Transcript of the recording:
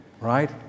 right